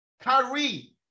Kyrie